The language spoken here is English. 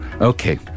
okay